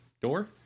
Door